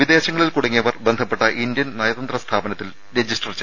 വിദേശങ്ങളിൽ കുടുങ്ങിയവർ ബന്ധപ്പെട്ട ഇന്ത്യൻ നയതന്ത്ര സ്ഥാപനത്തിൽ രജിസ്റ്റർ ചെയ്യണം